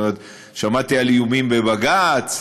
שמעתי על איומים בבג"ץ,